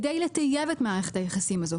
אנחנו רוצים לטייב את מערכת היחסים הזאת.